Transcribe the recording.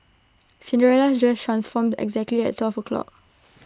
Cinderella's dress transformed exactly at twelve o'clock